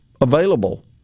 available